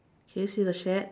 can you see the shed